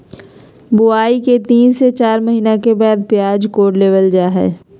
बुआई के तीन से चार महीना के बाद प्याज कोड़ लेबल जा हय